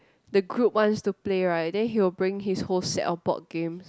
the group wants to play right then he will bring his whole set of board games